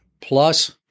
plus